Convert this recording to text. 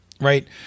right